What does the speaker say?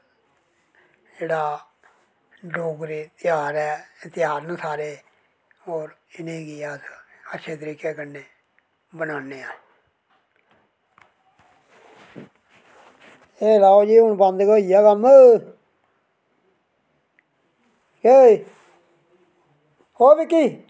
जेह्ड़ा डोगरा तेहार ऐ तेहार न सारे होर इ'नेंगी अस बड़े अच्छे तरीकै कन्नै बनान्ने आं ओह् बंद गै होई गेआ कम्म कि ओह् विक्की